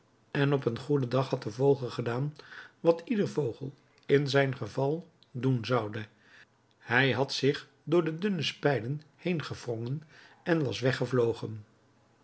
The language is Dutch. en op een goeden dag had de vogel gedaan wat ieder vogel in zijn geval doen zoude hij had zich door de dunne spijlen heengewrongen en was weggevlogen